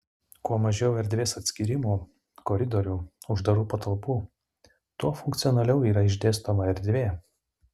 kuo mažiau erdvės atskyrimų koridorių uždarų patalpų tuo funkcionaliau yra išdėstoma erdvė